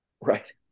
Right